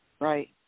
Right